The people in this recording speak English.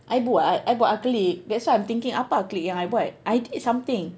I buat I buat acrylic that's why I'm thinking apa acrylic yang I buat I did something